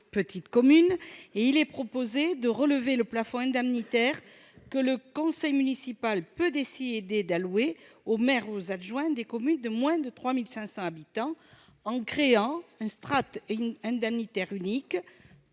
Il est proposé de relever le plafond indemnitaire que le conseil municipal peut décider d'allouer au maire ou aux adjoints des communes de moins de 3 500 habitants en créant une strate indemnitaire unique,